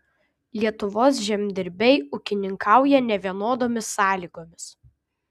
lietuvos žemdirbiai ūkininkauja nevienodomis sąlygomis